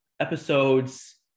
episodes